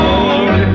Lord